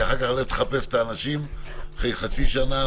כי אחר כך לך תחפש את האנשים אחרי חצי שנה,